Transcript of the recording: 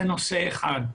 זה נושא אחד.